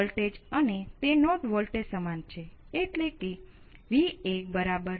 તો Vc નું કાયમ 0 રહેવું એ એક સંભવિત ઉકેલ છે